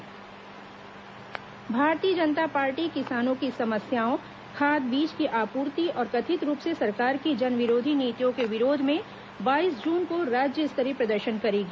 भाजपा बैठक भारतीय जनता पार्टी किसानों की समस्याओं खाद बीज की आपूर्ति और कथित रूप से सरकार की जनविरोधी नीतियों के विरोध में बाईस जून को राज्य स्तरीय प्रदर्शन करेगी